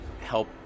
help